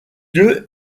lieu